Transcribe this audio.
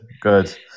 good